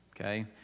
Okay